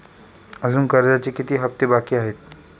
अजुन कर्जाचे किती हप्ते बाकी आहेत?